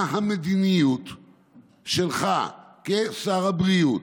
מה המדיניות שלך כשר הבריאות?